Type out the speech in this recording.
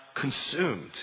consumed